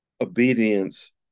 obedience